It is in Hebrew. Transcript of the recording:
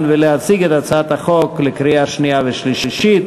ולהציג את הצעת החוק לקריאה שנייה וקריאה שלישית.